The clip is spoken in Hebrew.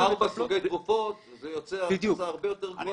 ארבעה סוגי תרופות זה יוצא הכנסה הרבה יותר גדולה מאשר --- בדיוק.